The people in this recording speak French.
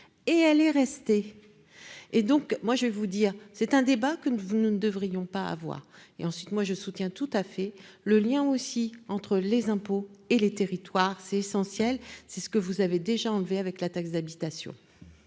et elle est restée, et donc moi je vais vous dire, c'est un débat que nous vous nous ne devrions pas avoir et ensuite moi je soutiens tout à fait le lien aussi entre les impôts et les territoires, c'est essentiel, c'est ce que vous avez déjà enlevé avec la taxe d'habitation.